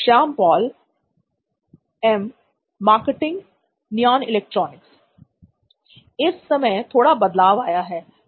Shyam Paul M marketing नॉइन electronics इस समय थोड़ा बदलाव आया है